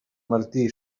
martí